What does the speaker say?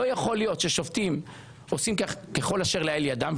לא יכול להיות שהשופטים עושים ככול אשר לאל ידם,